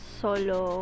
solo